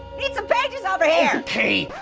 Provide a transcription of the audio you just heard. need some pages over here! okay,